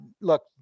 Look